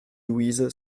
louise